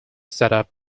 setup